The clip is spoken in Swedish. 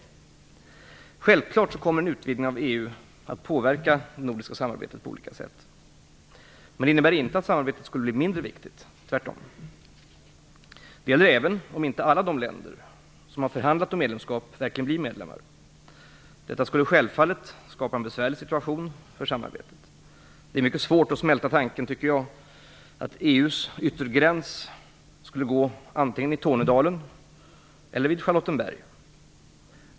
Självfallet kommer en utvidgning av EU att påverka det nordiska samarbetet på olika sätt. Men det innebär inte att samarbetet skulle bli mindre viktigt, tvärtom. Det gäller även om inte alla de länder som har förhandlat om medlemskap verkligen blir medlemmar. Detta skulle självfallet skapa en besvärlig situation för det nordiska samarbetet. Jag tycker att det är mycket svårt att smälta tanken att EU:s yttergräns skulle gå antingen i Tornedalen eller vid Charlottenberg.